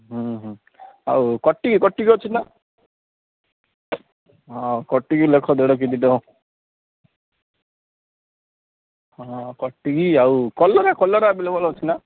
ଆଉ କଟିକି କଟିକି ଅଛି ନା ହଁ କଟିକି ଲେଖ ଦେଢ଼ କେଜି ହବ ହଁ କଟିକି ଆଉ କଲରା କଲରା ଆଭେଲେବୁଲ୍ ଅଛି ନା